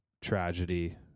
tragedy